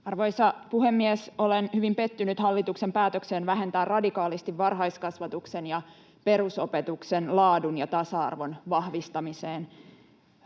Arvoisa puhemies! Olen hyvin pettynyt hallituksen päätökseen vähentää radikaalisti varhaiskasvatuksen ja perusopetuksen laadun ja tasa-arvon vahvistamiseen